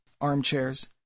armchairs